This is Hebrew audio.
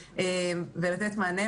מענה,